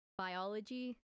Biology